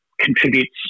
contributes